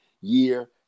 year